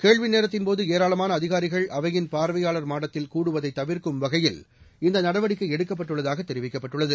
கேள்வி நேரத்தின்போது ஏராளமான அதிகாரிகள் அவையின் பார்வையாளர் மாடத்தில் கூடுவதை தவிர்க்கும் வகையில் இந்த நடவடிக்கை எடுக்கப்பட்டுள்ளதாக தெரிவிக்கப்பட்டுள்ளது